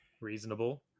Reasonable